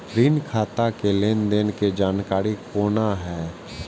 ऋण खाता के लेन देन के जानकारी कोना हैं?